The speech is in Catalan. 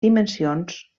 dimensions